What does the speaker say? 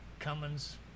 Cummins